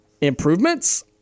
improvements